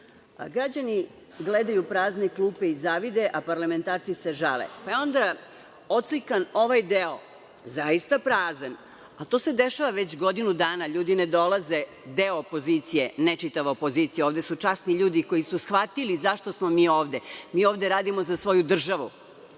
džep. Građani gledaju prazne klupe i zavide, a parlamentarci se žale, pa je onda slikan ovaj deo, zaista prazan, ali to se dešava već godinu dana, ljudi ne dolaze, deo opozicije, ne čitava opozicija. Ovde su časni ljudi koji su shvatili zašto smo mi ovde. Mi ovde radimo za svoju državu. Čast